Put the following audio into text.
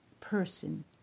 person